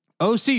OC